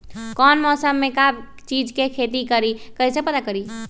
कौन मौसम में का चीज़ के खेती करी कईसे पता करी?